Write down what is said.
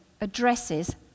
addresses